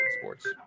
Sports